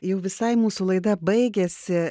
jau visai mūsų laida baigiasi